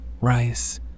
rice